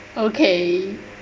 okay